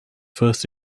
first